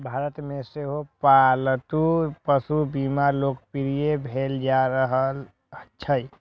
भारत मे सेहो पालतू पशु बीमा लोकप्रिय भेल जा रहल छै